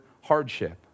hardship